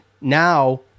Now